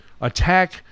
attack